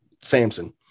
Samson